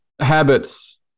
habits